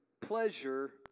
pleasure